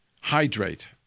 hydrate